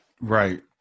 Right